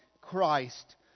Christ